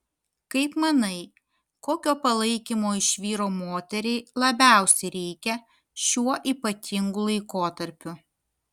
kaip manai kokio palaikymo iš vyro moteriai labiausiai reikia šiuo ypatingu laikotarpiu